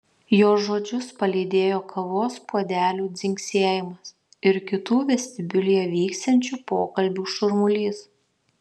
jo žodžius palydėjo kavos puodelių dzingsėjimas ir kitų vestibiulyje vykstančių pokalbių šurmulys